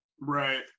Right